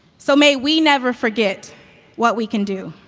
so may we never forget what we can do.